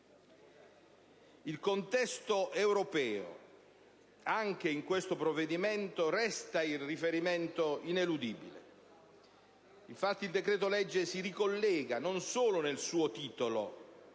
il contesto europeo anche in questo provvedimento resta il riferimento ineludibile. Infatti, il decreto‑legge si ricollega non solo nel suo titolo